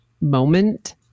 moment